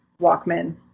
Walkman